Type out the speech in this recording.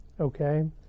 Okay